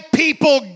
people